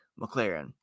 McLaren